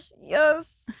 Yes